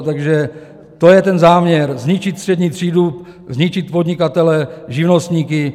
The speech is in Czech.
Takže to je ten záměr zničit střední třídu, zničit podnikatele, živnostníky.